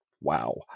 wow